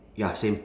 ya same